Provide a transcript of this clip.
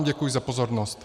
Děkuji vám za pozornost.